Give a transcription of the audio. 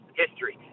history